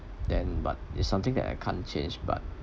then but it's something that I can't change but